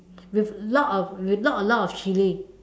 with a lot of with a lot lot of chili